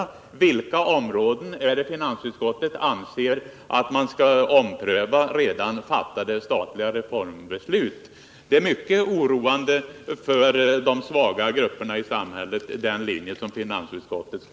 På vilka områden är det som finansutskottet anser att man skall ompröva redan fattade statliga reformbeslut? Finansutskottets linje är mycket oroande för de svaga grupperna i samhället.